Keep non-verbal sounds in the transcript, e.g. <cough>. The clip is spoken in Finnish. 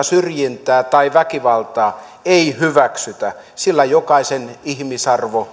<unintelligible> syrjintää tai väkivaltaa ei hyväksytä sillä jokaisen ihmisarvo <unintelligible>